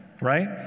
right